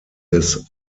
des